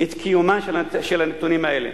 את קיומם של הנתונים האלה.